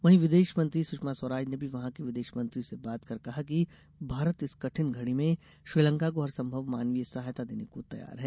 वहीं विदेश मंत्री सुषमा स्वराज ने भी वहां के विदेश मंत्री से बात कर कहा कि भारत इस कठिन घड़ी श्रीलंका को हरसंभव मानवीय सहायता देने को तैयार है